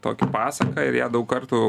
tokį pasaką ir ją daug kartų